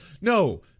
No